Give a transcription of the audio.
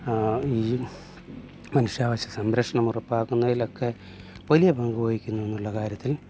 ഈ മനുഷ്യാവകാശ സംരക്ഷണം ഉറപ്പാക്കുന്നതിലൊക്കെ വലിയ പങ്കുവഹിക്കുന്നു എന്നുള്ള കാര്യത്തിൽ